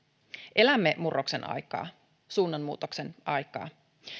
elämme murroksen aikaa suunnanmuutoksen aikaa